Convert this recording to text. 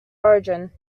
origin